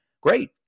great